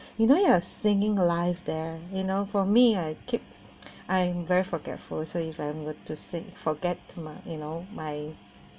you know you have singing live there you know for me I keep I am very forgetful so if I'm good to say forget to my you know my